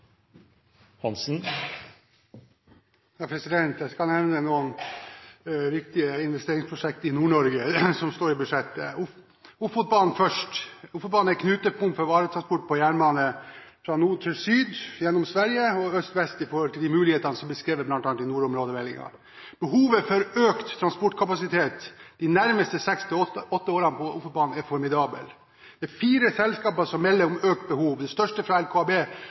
for varetransport på jernbane fra nord til syd, gjennom Sverige og øst–vest i forhold til de mulighetene som er beskrevet bl.a. i nordområdemeldingen. Behovet for økt transportkapasitet på Ofotbanen de nærmeste seks til åtte årene er formidabelt. Det er fire selskaper som melder om økt behov. Det største, LKAB,